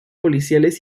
policiales